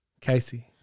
Casey